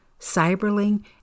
Cyberling